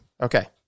Okay